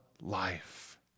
life